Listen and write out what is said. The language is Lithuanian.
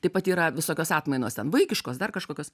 taip pat yra visokios atmainos ten vaikiškos dar kažkokios